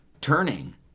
turning